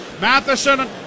Matheson